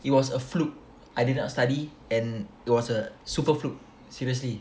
it was a fluke I didn't study and it was a super fluke seriously